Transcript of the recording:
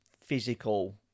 physical